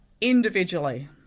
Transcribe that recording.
individually